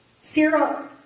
Sarah